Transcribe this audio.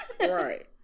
Right